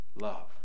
love